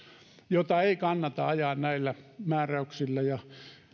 jota ei kannata ajaa näillä määräyksillä ja